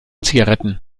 zigaretten